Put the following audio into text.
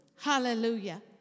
Hallelujah